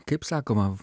kaip sakoma